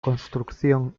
construcción